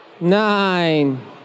Nine